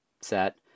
set